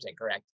correct